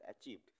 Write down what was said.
achieved